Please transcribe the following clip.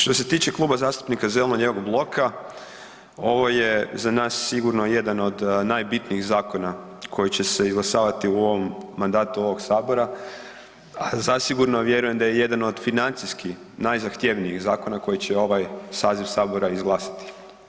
Što se tiče Kluba zastupnika zeleno-lijevog bloka ovo je za nas sigurno jedan od najbitnijih zakona koji će se izglasavati u ovom mandatu ovog Sabora, a zasigurno vjerujem da je jedan od financijski najzahtjevnijih zakona koji će ovaj saziv Sabora izglasati.